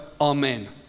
Amen